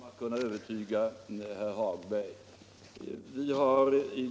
Fru talman! Jag tror mig inte om att kunna övertyga herr Hagberg i Borlänge.